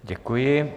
Děkuji.